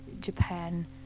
Japan